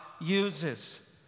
uses